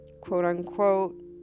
quote-unquote